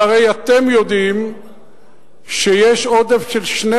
הרי אתם יודעים שיש עודף של 12